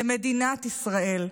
במדינת ישראל,